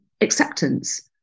acceptance